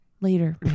later